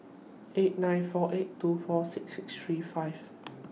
eight nine four eight two four six six three five